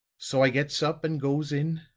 so i gets up and goes in.